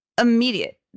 immediate